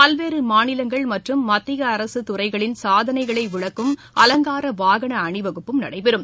பல்வேறு மாநிலங்கள் மற்றும் மத்திய அரசு துறைகளின் சாதனைகளை விளக்கும் அலங்கார வாகன அணிவகுப்பும் நடைபெறும்